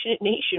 nation